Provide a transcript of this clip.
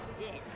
Yes